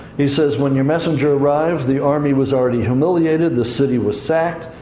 he says, when your messenger arrived, the army was already humiliated, the city was sacked,